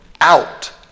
out